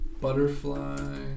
Butterfly